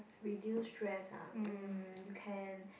reduce stress ah um you can